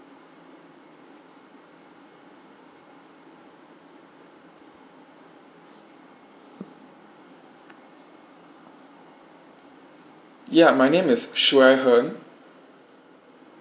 ya my name is xue hen